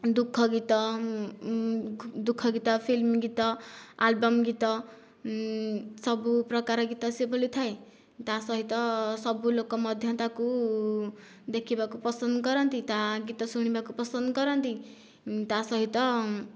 ଦୁଃଖ ଗୀତ ଦୁଃଖ ଗୀତ ଫିଲ୍ମ ଗୀତ ଆଲବମ ଗୀତ ସବୁ ପ୍ରକାର ଗୀତ ସେ ବୋଲିଥାଏ ତା ସହିତ ସବୁ ଲୋକ ମଧ୍ୟ ତାକୁ ଦେଖିବାକୁ ପସନ୍ଦ କରନ୍ତି ତା ଗୀତ ଶୁଣିବାକୁ ପସନ୍ଦ କରନ୍ତି ତା ସହିତ